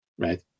Right